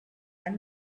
and